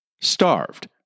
Starved